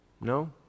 no